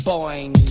Boing